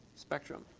spectrum.